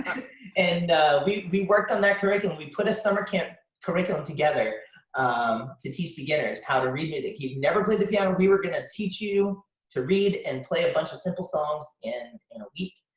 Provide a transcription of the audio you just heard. and we we worked on that curriculum. we put a summer camp curriculum together um to teach beginners how to read music. if you'd never played the piano, we were gonna teach you to read and play a bunch of simple songs in and a week.